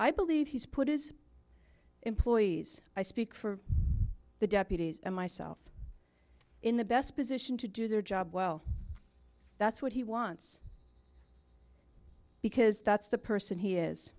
i believe he's put his employees i speak for the deputies and myself in the best position to do their job well that's what he wants because that's the person he is